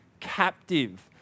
captive